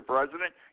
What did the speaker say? President